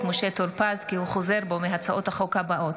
משה טור פז כי הוא חוזר בו מהצעות החוק הבאות: